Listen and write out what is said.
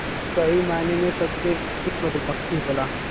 सही मायने में सबसे विकसित मधुमक्खी होला